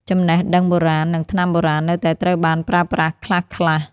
ចំណេះដឹងបុរាណ និងថ្នាំបុរាណនៅតែត្រូវបានប្រើប្រាស់ខ្លះៗ។